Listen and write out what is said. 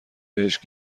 بهش